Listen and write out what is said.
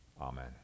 Amen